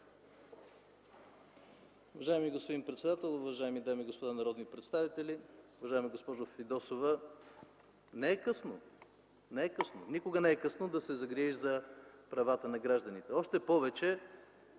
Уважаеми господин председател, уважаеми дами и господа народни представители, уважаема госпожо Фидосова! Не е късно, никога не е късно да се загрижиш за правата на гражданите! Още повече,